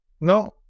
No